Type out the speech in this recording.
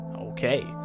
Okay